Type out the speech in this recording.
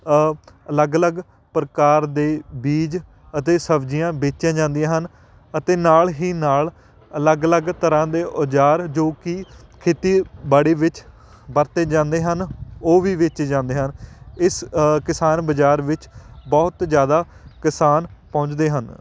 ਅਲੱਗ ਅਲੱਗ ਪ੍ਰਕਾਰ ਦੇ ਬੀਜ ਅਤੇ ਸਬਜ਼ੀਆਂ ਵੇਚੀਆਂ ਜਾਂਦੀਆਂ ਹਨ ਅਤੇ ਨਾਲ ਹੀ ਨਾਲ ਅਲੱਗ ਅਲੱਗ ਤਰ੍ਹਾਂ ਦੇ ਉਜਾਰ ਜੋ ਕਿ ਖੇਤੀਬਾੜੀ ਵਿੱਚ ਵਰਤੇ ਜਾਂਦੇ ਹਨ ਉਹ ਵੀ ਵੇਚੇ ਜਾਂਦੇ ਹਨ ਇਸ ਕਿਸਾਨ ਬਜ਼ਾਰ ਵਿੱਚ ਬਹੁਤ ਜ਼ਿਆਦਾ ਕਿਸਾਨ ਪਹੁੰਚਦੇ ਹਨ